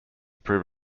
prove